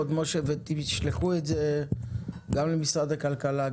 תשלחו את זה גם למשרד הכלכלה,